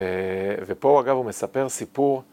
‫ופה אגב הוא מספר סיפור...